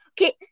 Okay